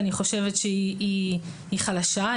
אני חושבת שהיא חלשה,